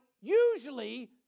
usually